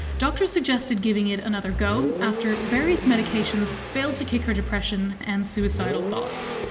doctors suggested giving it another go after various medications failed to kick her depression and suicidal thoughts.